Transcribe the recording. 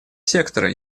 сектора